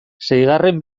seigarren